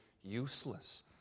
useless